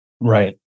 Right